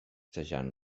sacsejant